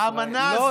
האמנה הזו מצוינת.